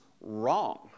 wrong